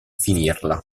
finirla